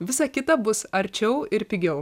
visa kita bus arčiau ir pigiau